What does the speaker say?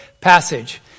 passage